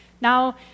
Now